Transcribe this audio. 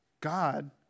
God